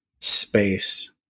space